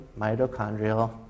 mitochondrial